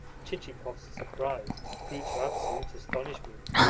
chichikov's surprise grew to absolute astonishment.